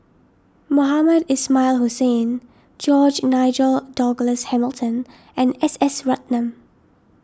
Mohamed Ismail Hussain George Nigel Douglas Hamilton and S S Ratnam